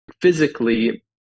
physically